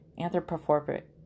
anthropomorphic